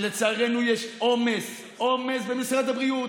שלצערנו יש עומס במשרד הבריאות.